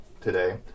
today